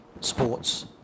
Sports